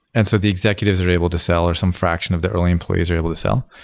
and so the executives are able to sell or some fraction of the early employees are able to sell.